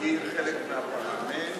היא חלק מהפרלמנט,